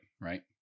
right